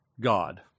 God